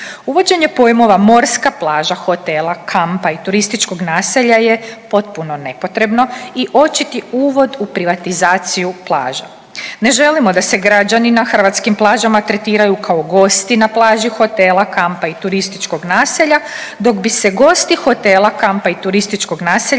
Uvođenje pojmova morska plaža hotela, kampa i turističkog naselja je potpuno nepotrebno i očiti uvod u privatizaciju plaža. Ne želimo da se građani na hrvatskim plažama tretiraju kao gosti na plaži hotela, kampa i turističkog naselja, dok bi se gosti hotela, kampa i turističkog naselja